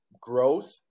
growth